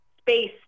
space